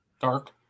dark